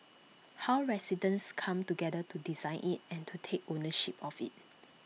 how residents come together to design IT and to take ownership of IT